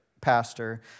pastor